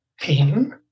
pain